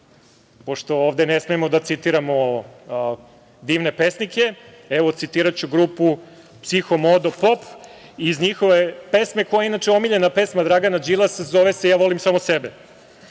pošto ovde ne smemo da citiramo divne pesnike, evo citiraću grupu "Psihomodopop", iz njihove pesme, koja je inače omiljena pesma Dragana Đilasa, zove se "Ja volim samo sebe",